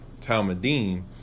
Talmudim